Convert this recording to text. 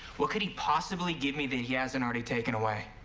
what could he possibly give me that he hasn't already taken away?